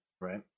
Right